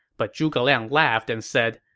but zhuge liang laughed and said,